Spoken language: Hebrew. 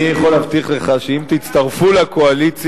אני יכול להבטיח לך שאם תצטרפו לקואליציה,